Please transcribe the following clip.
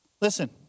Listen